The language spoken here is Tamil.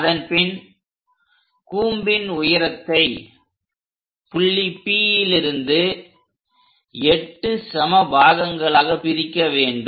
அதன் பின் கூம்பின் உயரத்தை புள்ளி Pலிருந்து 8 சம பாகங்களாக பிரிக்க வேண்டும்